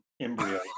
Embryo